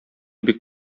бик